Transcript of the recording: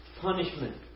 punishment